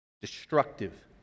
destructive